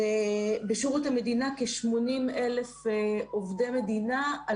בשירות המדינה כ-80,000 עובדי מדינה,